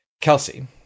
Kelsey